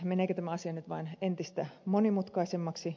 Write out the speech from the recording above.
meneekö tämä asia nyt vain entistä monimutkaisemmaksi